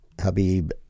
habib